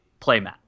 playmat